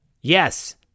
yes